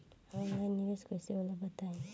Online निवेस कइसे होला बताईं?